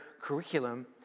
curriculum